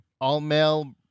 all-male